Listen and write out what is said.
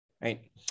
right